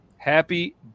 Happy